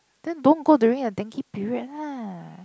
then don't go during the dengue period lah